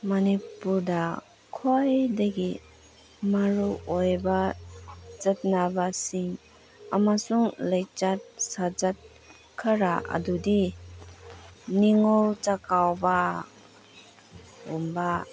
ꯃꯅꯤꯄꯨꯔꯗ ꯈ꯭ꯋꯥꯏꯗꯒꯤ ꯃꯔꯨꯑꯣꯏꯕ ꯆꯠꯅꯕꯁꯤꯡ ꯑꯃꯁꯨꯡ ꯂꯤꯆꯠ ꯁꯥꯖꯠ ꯈꯔ ꯑꯗꯨꯗꯤ ꯅꯤꯉꯣꯜ ꯆꯥꯛꯀꯧꯕ ꯒꯨꯝꯕ